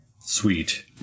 Sweet